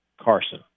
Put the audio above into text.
Carson